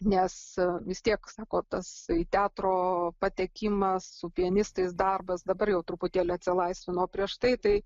nes vis tiek sako tasai teatro patekimas su pianistais darbas dabar jau truputėlį atsilaisvino o prieš tai tai